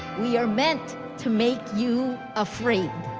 we are meant to make you afraid,